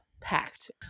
packed